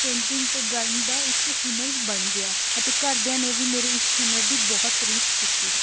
painting ਅਤੇ drawing ਦਾ ਇੱਕ ਹੁਨਰ ਬਣ ਗਿਆ ਅਤੇ ਘਰਦਿਆਂ ਨੇ ਵੀ ਮੇਰੇ ਇਸ ਹੁਨਰ ਦੀ ਬਹੁਤ ਤਾਰੀਫ਼ ਕੀਤੀ ਹੈ